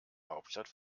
hauptstadt